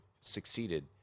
succeeded